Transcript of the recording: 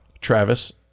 Travis